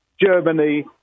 Germany